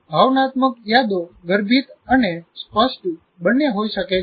ભાવનાત્મક યાદો ગર્ભિત અને સ્પષ્ટ બંને હોઈ શકે છે